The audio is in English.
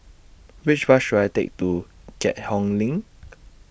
Which Bus should I Take to Keat Hong LINK